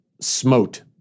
smote